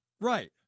Right